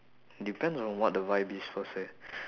depends on what the vibe is first eh